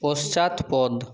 পশ্চাৎপদ